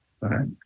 right